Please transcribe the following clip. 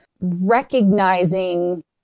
recognizing